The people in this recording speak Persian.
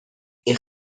ماهی